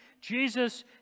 Jesus